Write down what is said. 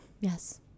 Yes